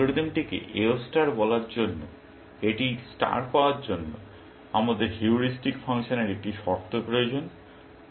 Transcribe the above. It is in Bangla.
এই অ্যালগরিদমটিকে AO ষ্টার বলার জন্য এটির ষ্টার পাওয়ার জন্য আমাদের হিউরিস্টিক ফাংশনের একটি শর্ত প্রয়োজন